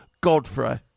Godfrey